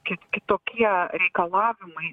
kit kitokie reikalavimai